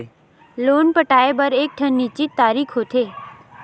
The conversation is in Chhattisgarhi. लोन पटाए बर एकठन निस्चित तारीख होथे